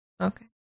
Okay